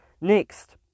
next